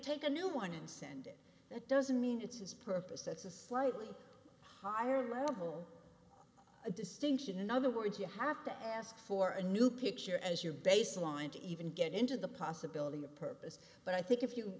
take a new one and send that doesn't mean it's his purpose that's a slightly higher level a distinction in other words you have to ask for a new picture as your baseline to even get into the possibility of purpose but i think if you